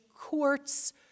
courts